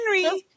henry